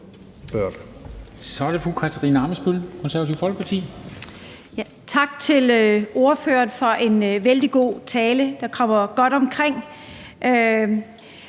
Tak til ordføreren for en vældig god tale, der kom godt omkring.